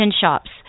shops